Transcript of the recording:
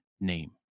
name